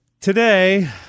Today